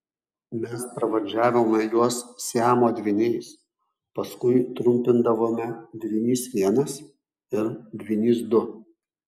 mes pravardžiavome juos siamo dvyniais paskui trumpindavome dvynys vienas ir dvynys du